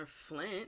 Flint